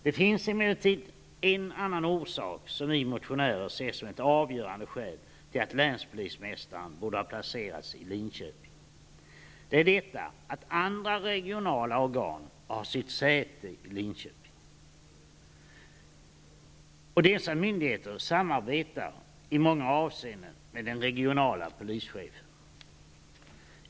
Det finns emellertid en annan omständighet som vi motionärer ser som ett avgörande skäl till att länspolismästaren borde placeras i Linköping. Andra regionala organ har sitt säte i Linköping. Dessa myndigheter samarbetar i många avseenden med den regionala polischefen.